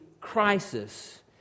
crisis